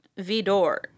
Vidor